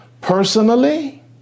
personally